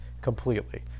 completely